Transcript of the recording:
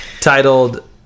titled